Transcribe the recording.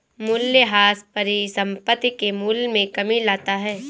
मूलयह्रास परिसंपत्ति के मूल्य में कमी लाता है